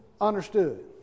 understood